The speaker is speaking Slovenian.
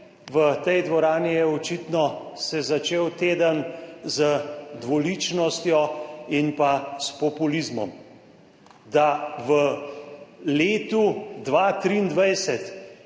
V tej dvorani se je očitno začel teden z dvoličnostjo in pa s populizmom, da v letu 2023,